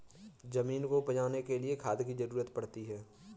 ज़मीन को उपजाने के लिए खाद की ज़रूरत पड़ती है